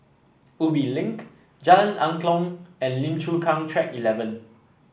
Ubi Link Jalan Angklong and Lim Chu Kang Track Eleven